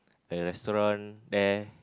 a restaurant there